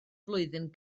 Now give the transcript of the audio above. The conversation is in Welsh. flwyddyn